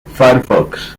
firefox